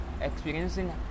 experiencing